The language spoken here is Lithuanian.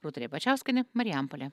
rūta ribačiauskienė marijampolė